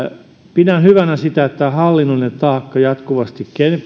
pidän hyvänä sitä että hallinnollinen taakka jatkuvasti